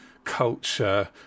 Culture